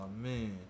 man